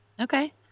Okay